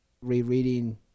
Rereading